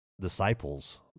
disciples